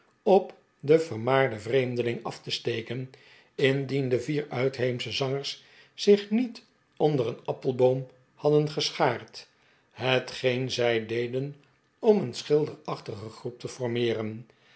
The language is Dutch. op den vermaarden vreemdeling af te steken indien de vier uitheemsche zangers zich niet onder een appelboom hadden geschaard hetgeen zij deden om een schilderachtige groep te formeeren